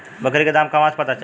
बकरी के दाम कहवा से पता चली?